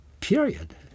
period